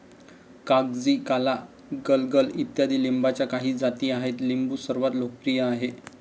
कागजी, काला, गलगल इत्यादी लिंबाच्या काही जाती आहेत लिंबू सर्वात लोकप्रिय आहे